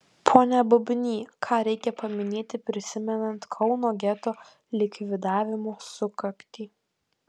pone bubny ką reikia paminėti prisimenant kauno geto likvidavimo sukaktį